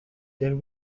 there